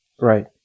Right